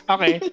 Okay